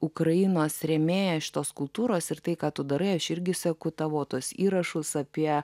ukrainos rėmėja šitos kultūros ir tai ką tu darai aš irgi seku tavo tuos įrašus apie